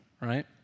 Right